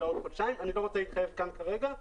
אני לא רוצה להתחייב כרגע.